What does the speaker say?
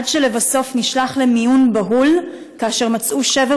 עד שלבסוף נשלח למיון באופן בהול ומצאו שבר